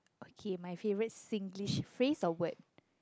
okay my favorite Singlish phrase or word